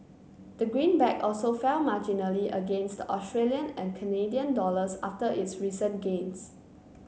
the green back also fell marginally against the Australian and Canadian dollars after its recent gains